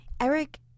Eric